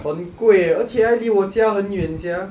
很贵 ah 而且还离我家很远 sia